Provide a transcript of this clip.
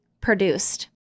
produced